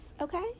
okay